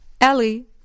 Ellie